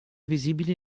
visibili